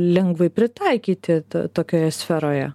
lengvai pritaikyti tokioje sferoje